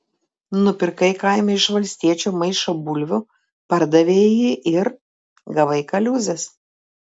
nupirkai kaime iš valstiečio maišą bulvių pardavei jį ir gavai kaliūzės